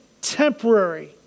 temporary